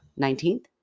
19th